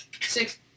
Six